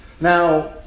Now